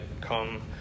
come